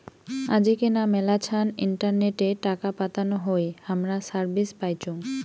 আজিকেনা মেলাছান ইন্টারনেটে টাকা পাতানো হই হামরা সার্ভিস পাইচুঙ